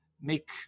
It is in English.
make